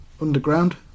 underground